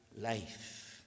life